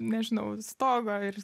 nežinau stogo ir